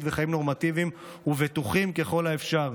וחיים נורמטיביים ובטוחים ככל האפשר.